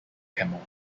camel